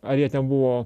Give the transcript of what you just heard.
ar jie ten buvo